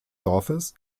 dorfes